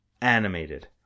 Animated